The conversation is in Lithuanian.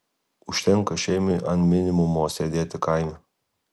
užtenka šeimai ant minimumo sėdėti kaime